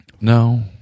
No